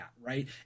right